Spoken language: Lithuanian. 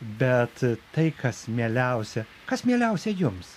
bet tai kas mieliausia kas mieliausia jums